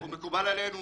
הוא מקובל עלינו.